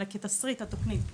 אלא כתסריט התוכנית,